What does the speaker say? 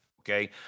okay